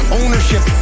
ownership